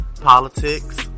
politics